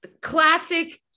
classic